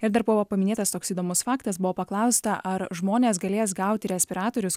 ir dar buvo paminėtas toks įdomus faktas buvo paklausta ar žmonės galės gauti respiratorius